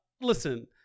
Listen